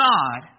God